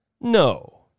No